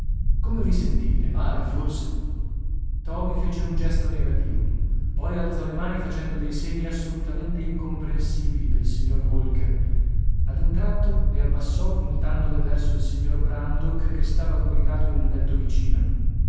come vi sentite male forse toby fece un gesto negativo poi alzò le mani facendo dei segni assolutamente incomprensibili pel signor holker ad un tratto le abbassò puntandole verso il signor brandok che stava coricato in un letto vicino